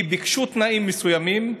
כי ביקשו תנאים מסוימים.